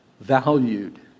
valued